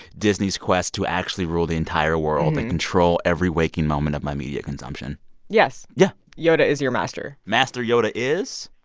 disney's quest to actually rule the entire world and control every waking moment of my media consumption yes yeah yoda is your master master yoda is